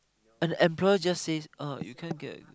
and employer just says oh you can't get